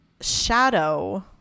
shadow